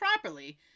properly